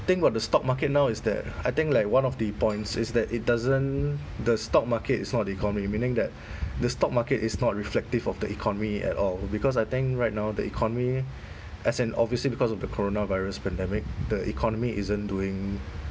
thing about the stock market now is that I think like one of the points is that it doesn't the stock market is not the economy meaning that the stock market is not reflective of the economy at all because I think right now the economy as in obviously because of the coronavirus pandemic the economy isn't doing